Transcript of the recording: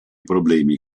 problemi